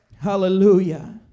Hallelujah